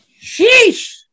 Sheesh